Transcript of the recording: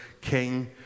king